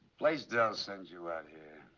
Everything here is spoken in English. blaisdell sent you out here.